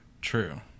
True